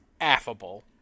affable